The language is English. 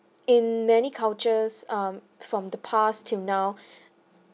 in many cultures um from the past till now